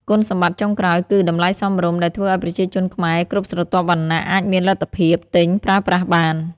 គុណសម្បត្តិចុងក្រោយគឺ តម្លៃសមរម្យ ដែលធ្វើឱ្យប្រជាជនខ្មែរគ្រប់ស្រទាប់វណ្ណៈអាចមានលទ្ធភាពទិញប្រើប្រាស់បាន។